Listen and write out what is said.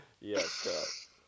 Yes